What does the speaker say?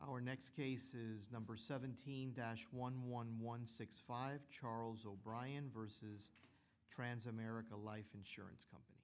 our next cases number seventeen dash one one one six five charles o'brien versus trans america life insurance